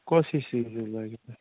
کۄس ہِش سیٖنری لٲگِو تُہۍ